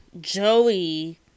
Joey